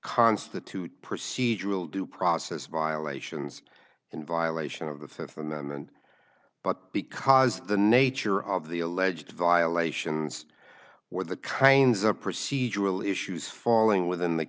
constitute procedural due process violations in violation of the fifth amendment but because the nature of the alleged violations or the kinds of procedural issues falling within the